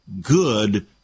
good